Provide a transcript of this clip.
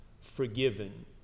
forgiven